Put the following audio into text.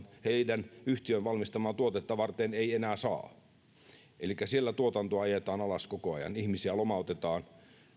heidän yhtiönsä valmistamaa tuotetta varten ei enää saa elikkä siellä tuotantoa ajetaan alas koko ajan ihmisiä lomautetaan